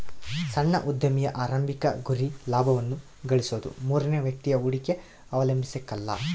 ಸಣ್ಣ ಉದ್ಯಮಿಯ ಆರಂಭಿಕ ಗುರಿ ಲಾಭವನ್ನ ಗಳಿಸೋದು ಮೂರನೇ ವ್ಯಕ್ತಿಯ ಹೂಡಿಕೆ ಅವಲಂಬಿಸಕಲ್ಲ